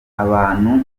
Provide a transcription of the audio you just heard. abantu